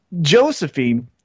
Josephine